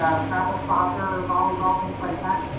ah travel soccer, volleyball, things like that.